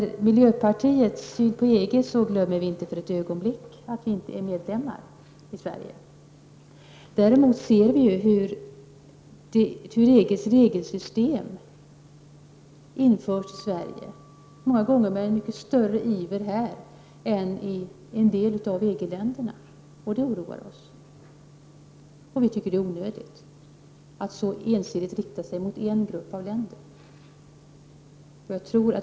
Vi i miljöpartiet glömmer inte för ett ögonblick att Sverige inte är medlem i EG. Däremot ser vi hur EG:s regelsystem har införts i Sverige, många gånger med en mycket större iver här än i en del av EG-länderna — och det oroar oss. Vi tycker att det är onödigt att så ensidigt inrikta sig mot en grupp av länder.